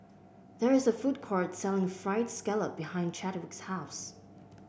there is a food court selling fried scallop behind Chadwick's house